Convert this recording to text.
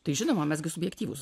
tai žinoma mes gi subjektyvūs